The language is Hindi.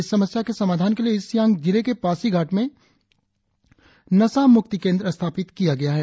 इस समस्या के समाधान के लिए ईस्ट सियांग जिले के पासीघाट में नसा मुक्ति केंद्र स्थापित किया गया है